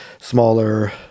smaller